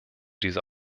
dieser